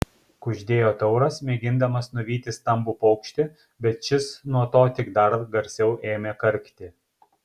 kuždėjo tauras mėgindamas nuvyti stambų paukštį bet šis nuo to tik dar garsiau ėmė karkti